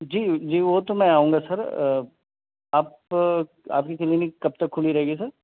جی جی وہ تو میں آؤں گا سر آپ آپ کی کلینک کب تک کُھلی رہے گی سر